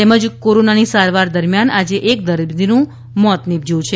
તેમજ કોરોનાની સારવાર દરમિયાન આજે એક દર્દીનું મોત નિપજ્યું છે